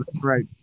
right